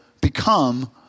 become